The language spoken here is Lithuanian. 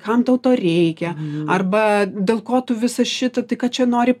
kam tau to reikia arba dėl ko tu visa šita tai ką čia nori